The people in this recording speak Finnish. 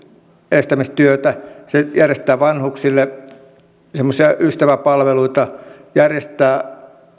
estämistyötä se järjestää vanhuksille ystäväpalveluita järjestää